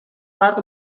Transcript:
فرد